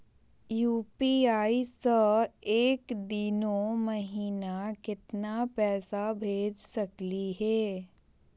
UPI स एक दिनो महिना केतना पैसा भेज सकली हे?